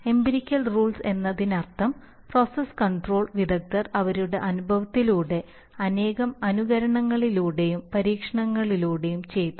empirical rules എന്നതിനർത്ഥം process control വിദഗ്ധർ അവരുടെ അനുഭവത്തിലൂടെ അനേകം അനുകരണങ്ങളിലൂടെയും പരീക്ഷണങ്ങളിലൂടെയും ചെയ്തു